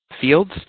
fields